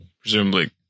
presumably